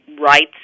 rights